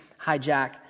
hijack